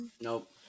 nope